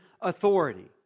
authority